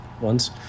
ones